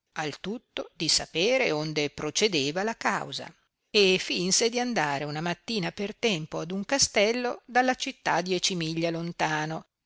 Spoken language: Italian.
al tutto di sapere onde procedeva la causa e finse di andare una mattina per tempo ad uno castello dalla città dieci miglia lontano